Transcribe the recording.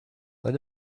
let